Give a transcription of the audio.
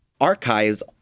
archives